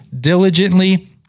diligently